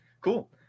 cool